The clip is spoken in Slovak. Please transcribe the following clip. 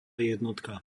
jednotka